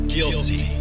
Guilty